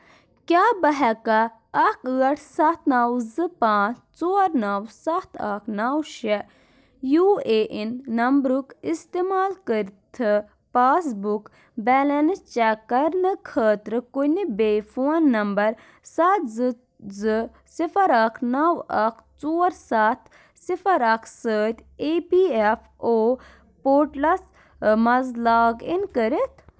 کیٛاہ بہٕ ہیٚکا اکھ ٲٹھ سَتھ نَو زٕ پانٛژھ ژور نَو سَتھ اکھ نو شیٚے یو اے اِن نمبرُک اِستعمال کٔرِتھہٕ پاس بُک بیلنس چیٚک کرنہٕ خٲطرٕ کُنہِ بیٚیہِ فون نمبر سَتھ زٕ زٕ صِفر اکھ نَو اکھ ژور سَتھ صِفر اکھ سۭتۍ E P F O portals مَنٛز لاگ اِن کٔرتھ